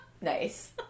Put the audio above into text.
Nice